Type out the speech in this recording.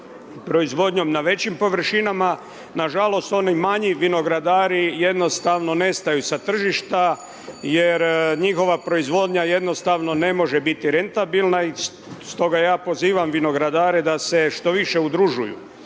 proizvodnjom na većim površinama, nažalost, oni manji vinogradari, jednostavno nestaju sa tržišta jer njihova proizvodnja, jednostavno ne može biti rentabilna i stoga ja pozivam vinogradare da se što više udružuju,